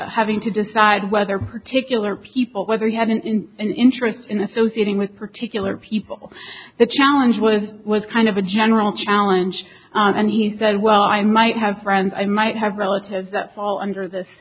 having to decide whether particular people whether he had an interest in associating with particular people the challenge was was kind of a general challenge and he said well i might have friends i might have relatives that fall under this